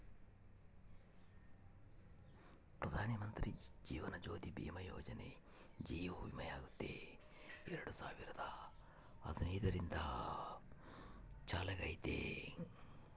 ಪ್ರಧಾನಮಂತ್ರಿ ಜೀವನ ಜ್ಯೋತಿ ಭೀಮಾ ಯೋಜನೆ ಜೀವ ವಿಮೆಯಾಗೆತೆ ಎರಡು ಸಾವಿರದ ಹದಿನೈದರಿಂದ ಚಾಲ್ತ್ಯಾಗೈತೆ